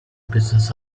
business